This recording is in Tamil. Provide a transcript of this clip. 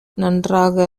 நன்றாக